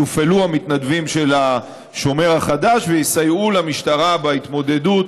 יופעלו המתנדבים של השומר החדש ויסייעו למשטרה בהתמודדות